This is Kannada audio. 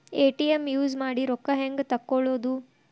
ಎ.ಟಿ.ಎಂ ಯೂಸ್ ಮಾಡಿ ರೊಕ್ಕ ಹೆಂಗೆ ತಕ್ಕೊಳೋದು?